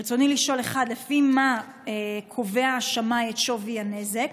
רצוני לשאול: 1. על פי מה קובע השמאי את שווי הנזק?